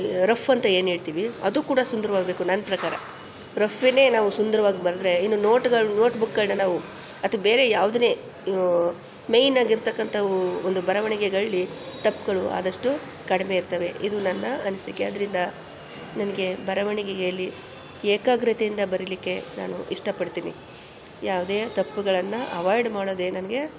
rough ಅಂತ ಏನು ಹೇಳ್ತೀವಿ ಅದು ಕೂಡ ಸುಂದರವಾಗ್ಬೇಕು ನನ್ನ ಪ್ರಕಾರ ರಫ್ಫನ್ನೇ ನಾವು ಸುಂದ್ರವಾಗಿ ಬರೆದ್ರೆ ಇನ್ನು ನೋಟ್ಗಳು ನೋಟ್ ಬುಕ್ಗಳನ್ನ ನಾವು ಅಥವಾ ಬೇರೆ ಯಾವುದನ್ನೇ ಇದು ಮೇಯ್ನಾಗಿರ್ತಕ್ಕಂಥವು ಒಂದು ಬರವಣಿಗೆಗಳಲ್ಲಿ ತಪ್ಗಳು ಆದಷ್ಟು ಕಡಿಮೆ ಇರ್ತವೆ ಇದು ನನ್ನ ಅನಿಸಿಕೆ ಆದ್ದರಿಂದ ನನಗೆ ಬರವಣಿಗೆಯಲ್ಲಿ ಏಕಾಗ್ರತೆಯಿಂದ ಬರೀಲಿಕ್ಕೆ ನಾನು ಇಷ್ಟಪಡ್ತೀನಿ ಯಾವುದೇ ತಪ್ಪುಗಳನ್ನು ಅವಾಯ್ಡ್ ಮಾಡೋದೇ ನನಗೆ